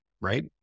right